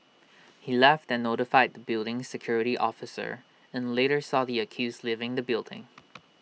he left and notified the building's security officer and later saw the accused leaving the building